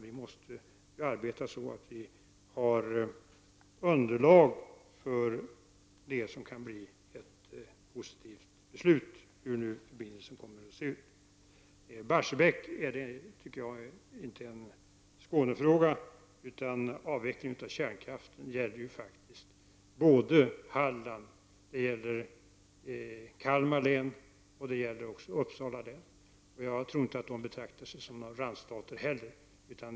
Vi måste ju arbeta så, att vi får ett underlag för ett positivt beslut — hur nu förbindelsen än kommer att se ut. För övrigt tycker jag inte att frågan om Barsebäck är en Skånefråga. Avvecklingen av kärnkraften gäller faktiskt såväl Hallands län som Kalmar län och Uppsala län. Jag tror inte att man där upplever att man bor i en ”randstat”.